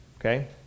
okay